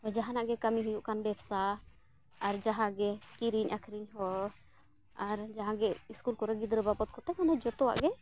ᱡᱟᱦᱟᱱᱟᱜ ᱜᱮ ᱠᱟᱹᱢᱤ ᱦᱩᱭᱩᱜ ᱠᱟᱱ ᱵᱮᱵᱽᱥᱟ ᱟᱨ ᱡᱟᱦᱟᱸ ᱜᱮ ᱠᱤᱨᱤᱧ ᱟᱠᱷᱨᱤᱧ ᱦᱚᱸ ᱟᱨ ᱡᱟᱦᱟᱸ ᱜᱮ ᱤᱥᱠᱩᱞ ᱠᱚᱨᱮ ᱜᱤᱫᱽᱨᱟᱹ ᱵᱟᱵᱚᱛ ᱠᱚᱛᱮ ᱢᱟᱱᱮ ᱡᱷᱚᱛᱚᱣᱟᱜ ᱜᱮ